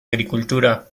agricultura